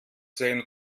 sehen